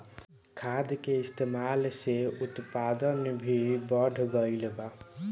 खाद के इस्तमाल से उत्पादन भी बढ़ गइल बा